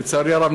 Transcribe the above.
לצערי הרב,